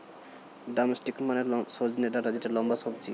drumstick মানে সজনে ডাটা যেটা লম্বা সবজি